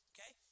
Okay